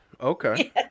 okay